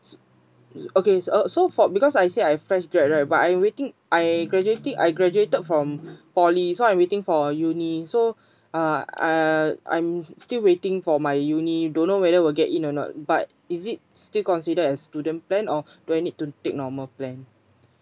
okay uh so for because I say I fresh graduate right but I waiting I graduating I graduated from poly so I waiting for uni so uh I I'm still waiting for my university don't know whether will get in or not but is it still considered as student plan or do I need to take normal plan